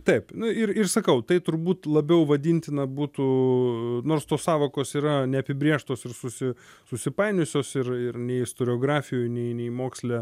taip nu ir ir sakau tai turbūt labiau vadintina būtų nors tos sąvokos yra neapibrėžtos ir susi susipainiojusios ir ir nei istoriografijoj nei nei moksle